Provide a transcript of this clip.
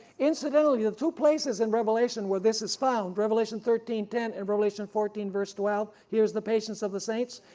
incidentally the two places in revelation where this is found revelation thirteen ten and revelation fourteen verse twelve here's the patience of the saints,